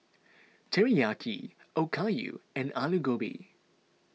Teriyaki Okayu and Alu Gobi